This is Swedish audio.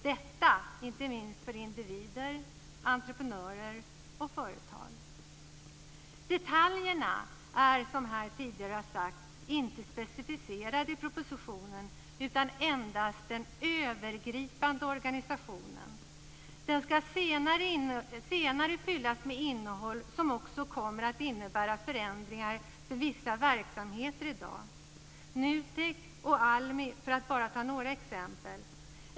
Detta är inte minst för individer, entreprenörer och företag. Detaljerna är, som har sagts tidigare, inte specificerade i propositionen utan det är endast fråga om den övergripande organisationen. Organisationen ska senare fyllas med innehåll, som också kommer att innebära förändringar för vissa verksamheter i dag. NUTEK och ALMI är några exempel.